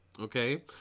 Okay